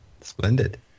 Splendid